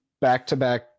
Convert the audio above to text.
back-to-back